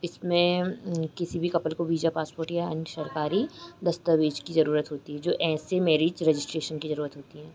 इसमें किसी भी कपल को वीजा पासपोर्ट या अन्य सरकारी दस्तावेज़ की ज़रूरत होती है जो ऐसे मैरिज रजिस्ट्रेशन की ज़रूरत होती है